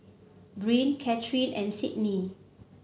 Breann Catharine and Sydnee